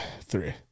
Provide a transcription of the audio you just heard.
three